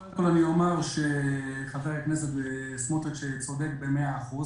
קודם כול אני אומר שחבר הכנסת סמוטריץ' צודק במאה אחוז.